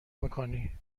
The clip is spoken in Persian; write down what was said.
میکنی